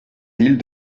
villes